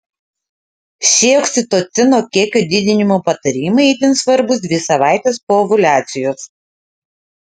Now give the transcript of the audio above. šie oksitocino kiekio didinimo patarimai itin svarbūs dvi savaites po ovuliacijos